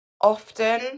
often